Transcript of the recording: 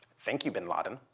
thank you, bin laden.